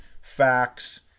facts